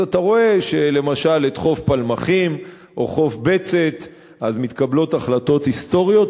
אתה רואה שלמשל בחוף פלמחים או בחוף בצת מתקבלות החלטות היסטוריות,